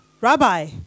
Rabbi